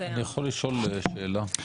אני יכול לשאול שאלה?